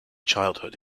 childhood